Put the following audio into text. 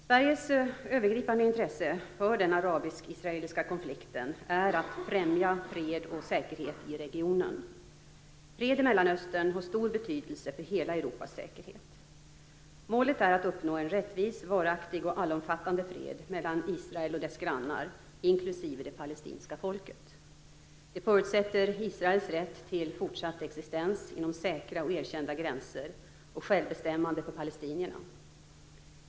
Sveriges övergripande intresse för den arabiskisraeliska konflikten är att främja fred och säkerhet i regionen. Fred i Mellanöstern har stor betydelse för hela Europas säkerhet. Målet är att uppnå en rättvis, varaktig och allomfattande fred mellan Israel och dess grannar, inklusive det palestinska folket. Det förutsätter Israels rätt till fortsatt existens inom säkra och erkända gränser och självbestämmande för palestinierna.